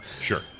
Sure